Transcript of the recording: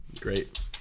Great